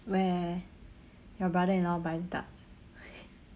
where your brother in law buys darts